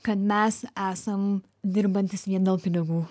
kad mes esam dirbantys vien dėl pinigų